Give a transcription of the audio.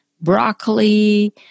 broccoli